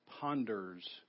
ponders